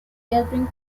gathering